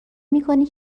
میکنی